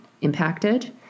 impacted